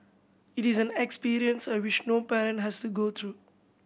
it is an experience I wish no parent has to go through